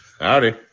Howdy